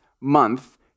month